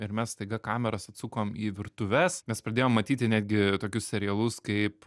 ir mes staiga kameras atsukom į virtuves mes pradėjom matyti netgi tokius serialus kaip